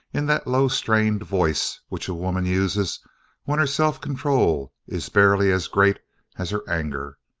in that low strained voice which a woman uses when her self-control is barely as great as her anger,